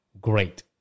great